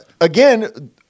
Again